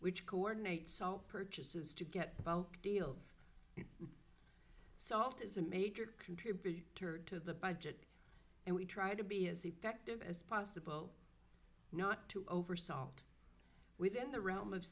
which coordinates all purchases to get bulk deal soft is a major contributor to the budget and we try to be as effective as possible not to over salt within the realm of